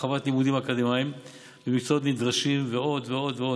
הרחבת לימודים אקדמיים במקצועות נדרשים ועוד ועוד.